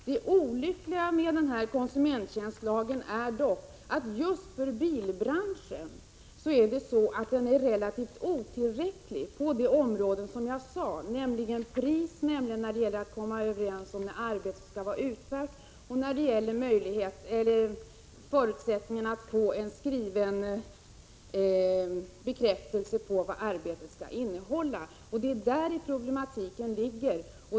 Det olyckliga med konsumenttjänstlagen är dock att den just för bilbranschen är relativt otillräcklig på de områden jag nämnde: priset, tidpunkten för avslutat arbete samt förutsättningarna för att få en skriftlig bekräftelse på vad arbetet skall innehålla. Det är däri problematiken ligger.